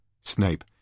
Snape